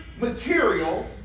material